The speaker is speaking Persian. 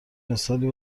مثالی